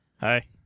Hi